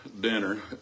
dinner